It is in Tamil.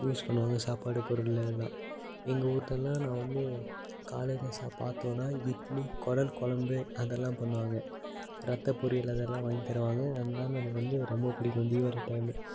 யூஸ் பண்ணுவாங்க சாப்பாடு பொருளில் எல்லாம் எங்கள் ஊட்டெல்லாம் நான் வந்து காலையில சாப் பார்த்தோன்னா இட்லி குடல் குலம்பு அதெல்லாம் பண்ணுவாங்க ரத்தப் பொரியல் அதெல்லாம் வாங்கித் தருவாங்க அதனால் எனக்கு வந்து ரொம்ப பிடிக்கும் தீவாளி டைமு